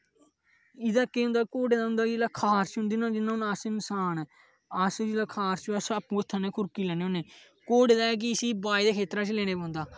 एहदा केह् होंदा कि घोडे़ दा होंदा कि जिसले खारश होंदी जियां जियां हून अस इसांन हाअस जिसलै खाऱश होऐ अस आपूं हत्थें कन्नै खुरकी लैन्ने होन्ने घोडे़ दा ऐ है कि इसी बाहे दे खेतरे च लेना पौंदा